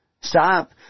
Stop